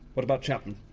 what about chapman?